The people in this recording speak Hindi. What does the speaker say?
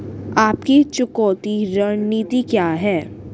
आपकी चुकौती रणनीति क्या है?